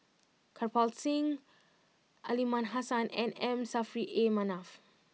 Kirpal Singh Aliman Hassan and M Saffri A Manaf